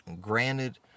Granted